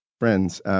friends